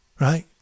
Right